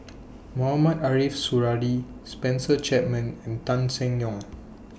Mohamed Ariff Suradi Spencer Chapman and Tan Seng Yong